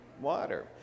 Water